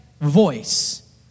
voice